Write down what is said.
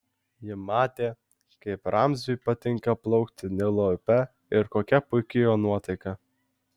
ji matė kaip ramziui patinka plaukti nilo upe ir kokia puiki jo nuotaika